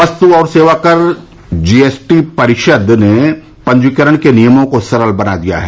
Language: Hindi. वस्तु और सेवाकर यानी जी एस टी परिषद् ने पंजीकरण के नियमों को सरल बना दिया है